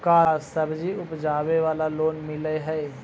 का सब्जी उपजाबेला लोन मिलै हई?